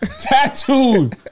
tattoos